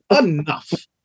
Enough